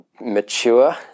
mature